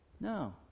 No